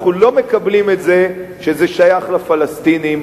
אנחנו לא מקבלים את זה שזה שייך לפלסטינים,